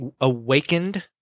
awakened